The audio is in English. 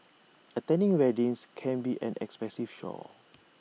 attending weddings can be an expensive chore